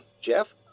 jeff